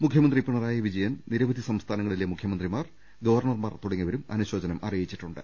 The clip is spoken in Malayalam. മുഖ്യമന്ത്രി പിണറായി വിജയൻ നിരവധി സംസ്ഥാ നങ്ങളിലെ മുഖ്യമന്ത്രിമാർ ഗവർണർമാർ തുടങ്ങിയവരും അനു ശോചനം അറിയിച്ചിട്ടുണ്ട്